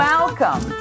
Welcome